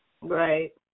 Right